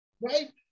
Right